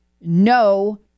no